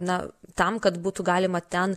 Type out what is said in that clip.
na tam kad būtų galima ten